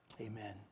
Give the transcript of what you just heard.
amen